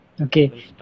Okay